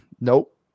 Nope